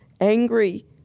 angry